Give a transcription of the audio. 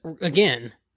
again